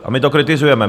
A my to kritizujeme.